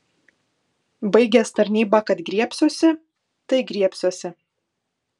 baigęs tarnybą kad griebsiuosi tai griebsiuosi